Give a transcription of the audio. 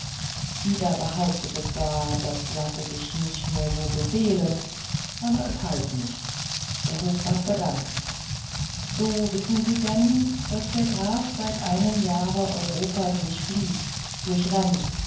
ida behauptete zwar das lasse sich nicht nur so befehlen aber es half nichts der hofrat begann so wissen sie denn daß der graf seit einem jahre europa durchfliegt